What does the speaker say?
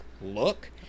look